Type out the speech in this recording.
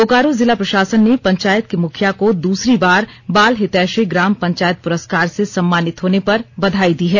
बोकारो जिला प्रषासन ने पंचायत के मुखिया को दूसरी बार बाल हितैषी ग्राम पंचायत पुरस्कार से सम्मानित होने पर बधाई दी है